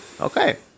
Okay